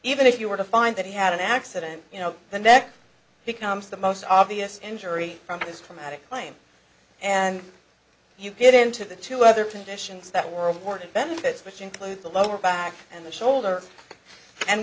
even if you were to find that he had an accident you know then that becomes the most obvious injury from this chromatic claim and you get into the two other conditions that were weren't benefits which include the lower back and the shoulder and